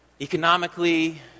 economically